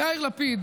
יאיר לפיד